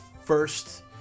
first